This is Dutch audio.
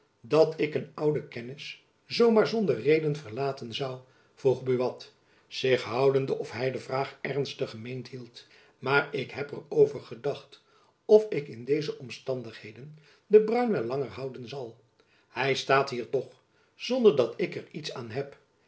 dat ik een oude kennis zoo maar zonder reden verlaten zoû vroeg buat zich houdende of hy de vraag ernstig gemeend hield maar ik heb er over gedacht of ik in deze omstandigheden den bruin wel langer houden zal hy staat hier toch zonder dat ik er iets aan heb